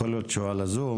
יכול להיות שהוא על הזום.